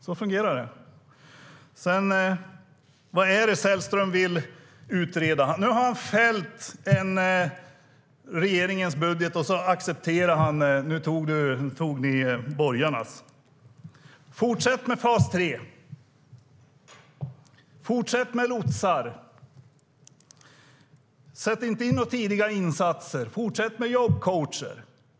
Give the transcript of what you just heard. Så fungerar det. Vad är det Sällström vill utreda? Ni har fällt regeringens budget och tagit borgarnas budget. Fortsätt med fas 3, fortsätt med lotsar, sätt inte in några tidiga insatser och fortsätt med jobbcoacher!